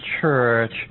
church